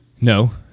No